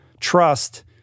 trust